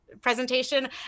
presentation